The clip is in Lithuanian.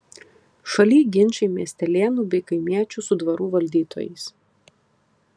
šaly ginčai miestelėnų bei kaimiečių su dvarų valdytojais